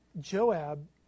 Joab